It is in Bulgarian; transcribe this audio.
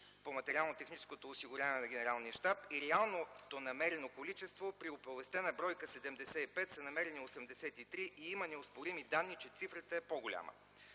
по материално-техническото осигуряване на Генералния щаб и реалното намерено количество – при оповестена бройка 75 са намерени 83 и има неоспорими данни, че цифрата е по-голяма.